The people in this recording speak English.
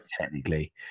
technically